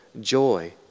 joy